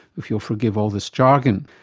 if you'll forgive all this jargon.